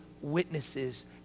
witnesses